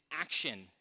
action